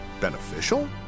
Beneficial